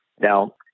Now